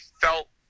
felt